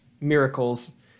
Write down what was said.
miracles